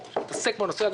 אסביר.